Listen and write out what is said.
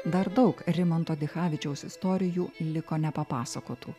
dar daug rimanto dichavičiaus istorijų liko nepapasakotų